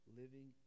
living